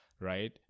right